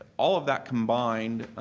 all of that combined